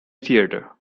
theatre